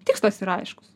tikslas yra aiškus